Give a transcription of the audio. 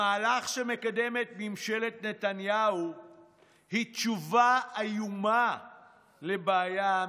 המהלך שמקדמת ממשלת נתניהו הוא תשובה איומה לבעיה אמיתית.